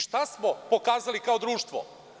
Šta smo pokazali kao društvo?